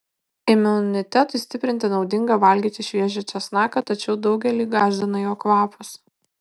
imunitetui stiprinti naudinga valgyti šviežią česnaką tačiau daugelį gąsdina jo kvapas